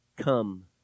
come